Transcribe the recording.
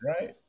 Right